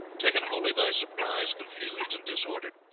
taken wholly by surprise, confused and disordered,